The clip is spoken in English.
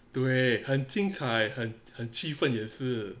对很精彩很很气氛也是